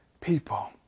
people